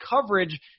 Coverage